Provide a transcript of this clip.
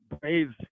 brave